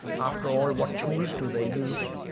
after all, what tools do they use?